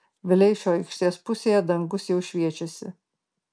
vileišio aikštės pusėje dangus jau šviečiasi